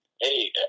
hey